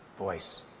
voice